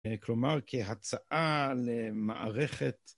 כלומר, כהצעה למערכת...